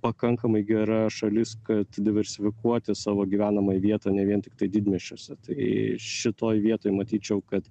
pakankamai gera šalis kad diversifikuoti savo gyvenamą vietą ne vien tiktai didmiesčiuose tai šitoj vietoj matyčiau kad